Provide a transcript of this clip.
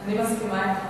אני מסכימה אתך.